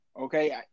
Okay